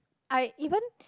I even